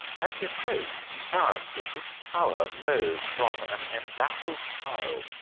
as he approached he found that this tower rose from an embattled pile,